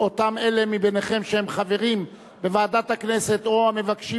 אותם אלה מביניכם שהם חברים בוועדת הכנסת או המבקשים